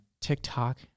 TikTok